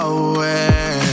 away